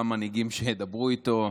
גם מנהיגים שידברו איתו.